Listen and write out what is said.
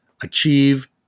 achieve